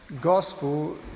gospel